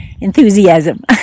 enthusiasm